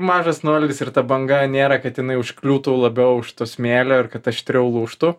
mažas nuolydis ir ta banga nėra kad jinai užkliūtų labiau už to smėlio ir kad aštriau lūžtų